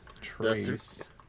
Trace